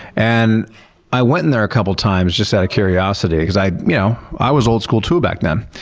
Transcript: and i went in there a couple times just out of curiosity because i you know i was old school too back then.